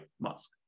Musk